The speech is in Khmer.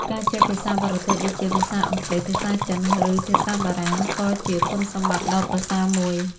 ការចេះភាសាបរទេសដូចជា ភាសាអង់គ្លេស ភាសាចិន ឬភាសាបារាំង ក៏ជាគុណសម្បត្តិដ៏ប្រសើរមួយ។